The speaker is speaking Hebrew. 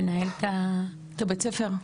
לנהל את ה- -- הבית ספר?